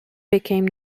became